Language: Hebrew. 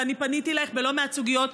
ואני פניתי אלייך בלא מעט סוגיות,